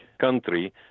country